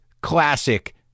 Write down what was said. classic